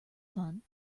fun